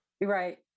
Right